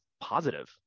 positive